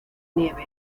nieve